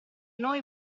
noi